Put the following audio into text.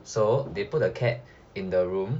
so they put a cat in the room